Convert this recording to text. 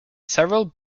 several